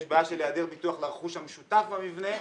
יש בעיה של היעדר ביטוח לרכוש המשותף במבנה.